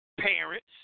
parents